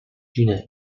ginevra